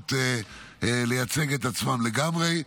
האפשרות לייצג את עצמם לגמרי.